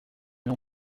non